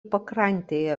pakrantėje